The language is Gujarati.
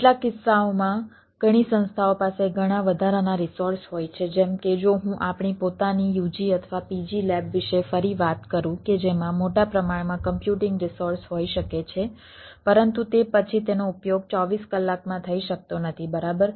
કેટલાક કિસ્સાઓમાં ઘણી સંસ્થાઓ પાસે ઘણા વધારાના રિસોર્સ હોય છે જેમ કે જો હું આપણી પોતાની UG અથવા PG લેબ વિશે ફરી વાત કરું કે જેમાં મોટા પ્રમાણમાં કમ્પ્યુટિંગ રિસોર્સ હોઈ શકે છે પરંતુ તે પછી તેનો ઉપયોગ 24 કલાકમાં થઈ શકતો નથી બરાબર